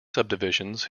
subdivisions